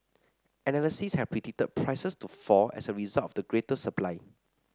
analysts had predicted prices to fall as a result of the greater supply